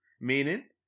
meaning